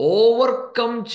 overcome